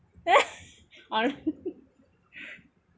alright